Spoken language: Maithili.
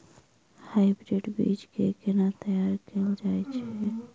हाइब्रिड बीज केँ केना तैयार कैल जाय छै?